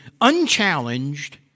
unchallenged